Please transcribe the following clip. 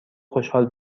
خوشحال